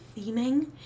theming